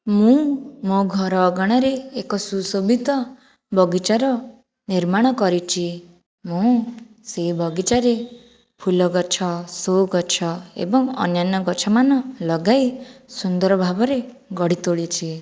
ମୁଁ ମୋ ଘର ଅଗଣାରେ ଏକ ସୁଶୋଭିତ ବଗିଚାର ନିର୍ମାଣ କରିଛି ମୁଁ ସେହି ବଗିଚାରେ ଫୁଲଗଛ ସୋ ଗଛ ଏବଂ ଅନ୍ୟାନ୍ୟ ଗଛମାନ ଲଗାଇ ସୁନ୍ଦର ଭାବରେ ଗଢ଼ି ତୋଳିଛି